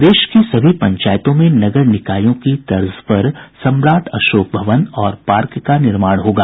प्रदेश की सभी पंचायतों में नगर निकायों की तर्ज पर सम्राट अशोक भवन और पार्क का निर्माण होगा